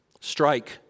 Strike